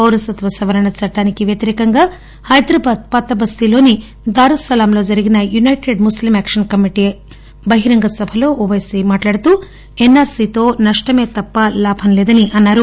పౌరసత్వ సవరణ చట్టానికి వ్యతిరేకంగా హైదరాబాద్ పాతబస్తీలోని దారుసలామ్ లో జరిగిన యునైటెడ్ ముస్లిం యాక్షన్ కమిటీ బహిరంగ సభలో అసదుద్దీన్ ఒపైసీ మాట్లాడుతూ ఎస్ ఆర్ సీతో నష్టమే తప్ప లాభం లేదని అన్నారు